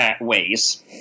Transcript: ways